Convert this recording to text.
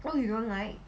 oh you don't like